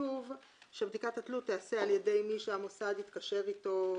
כתוב שבדיקת התלות תיעשה על ידי מי שהמוסד התקשר איתו